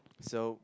so